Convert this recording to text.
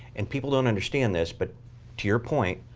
and people don't understand this. but to your point,